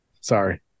Sorry